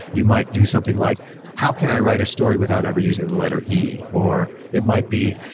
you might do something like how can i write a story without ever using the letter e, or it might be,